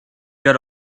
got